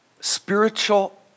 Spiritual